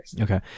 Okay